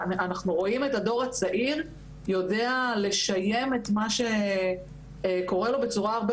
אנחנו רואים את הדור הצעיר יודע לשיים את מה שקורה לו בצורה הרבה